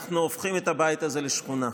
אנחנו הופכים את הביתה זה לשכונה,